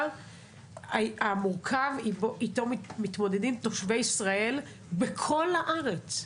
המורכב שאיתו מתמודדים תושבי ישראל בכל הארץ,